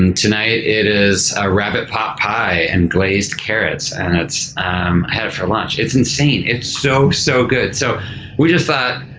and tonight it is a rabbit pot pie and glazed carrots. and i um had it for lunch. it's insane. it's so so good. so we just thought,